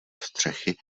střechy